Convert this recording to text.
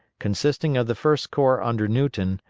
consisting of the first corps under newton,